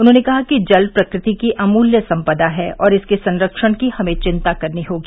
उन्होंने कहा कि जल प्रकृति की अमूल्य सम्पदा है और इसके संरक्षण की हमें चिन्ता करनी होगी